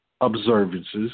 observances